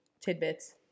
tidbits